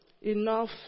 Enough